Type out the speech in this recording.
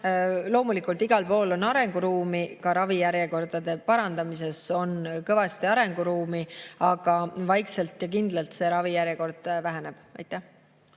loomulikult on igal pool arenguruumi, ka ravijärjekordade [lühendamises] on kõvasti arenguruumi, aga vaikselt ja kindlalt see ravijärjekord lüheneb. Marika